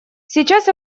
сейчас